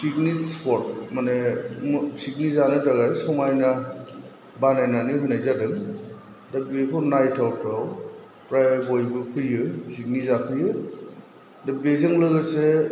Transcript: picnic सिफथ माने picnic जानो थाखाय समायना बानायनानै होनाय जादों दा बेखौ नायथावथाव फ्राय बयबो फैयो फिकनिक जाफैयो दा बेजों लोगोसे